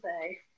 say